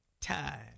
time